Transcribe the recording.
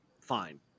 fine